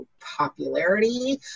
popularity